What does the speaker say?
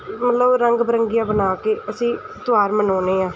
ਉਹਨਾਂ ਨੂੰ ਰੰਗ ਬਰੰਗੀਆਂ ਬਣਾ ਕੇ ਅਸੀਂ ਤਿਉਹਾਰ ਮਨਾਉਂਦੇ ਹਾਂ